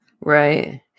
Right